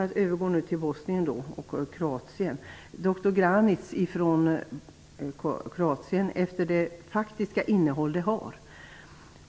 Jag övergår nu till Bosnien och Kroatien. Miljöpartiet läser meddelandena från dr Granic i Kroatien med utgångspunkt i deras faktiska innehåll.